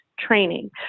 training